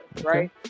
right